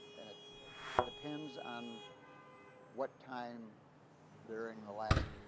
and it depends on what time during the last